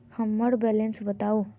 हम्मर बैलेंस बताऊ